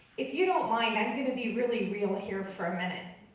if you don't mind i'm gonna be really real here for a minute.